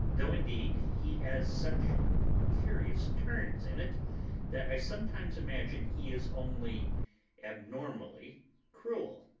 though, indeed, he has such curious turns in it that i sometimes imagine he is only abnormally cruel.